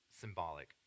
symbolic